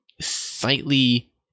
slightly